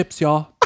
y'all